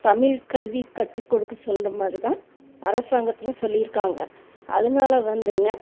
தமிழ் கல்வி கற்றுக் கொடுக்க சொல்கிற மாதிரி தான் அரசாங்கத்தில் சொல்லியிருக்காங்க அதனால வந்துங்க